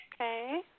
Okay